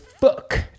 fuck